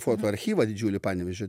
foto archyvą didžiulį panevėžio